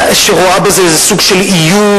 שרואה בזה איזה סוג של איום,